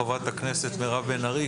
חברת הכנסת מירב בן ארי,